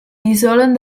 dissolen